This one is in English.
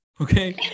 okay